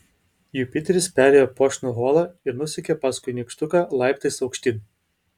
jupiteris perėjo puošnų holą ir nusekė paskui nykštuką laiptais aukštyn